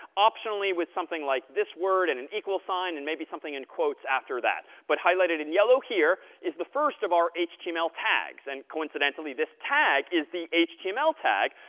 optionally with something like this word and an equal sign and maybe something in quotes after that. but highlighted in yellow here is the first of our html tags. and coincidentally, coincidentally, this tag is the html tag.